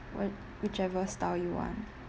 what whichever style you want